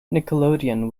nickelodeon